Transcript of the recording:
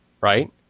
right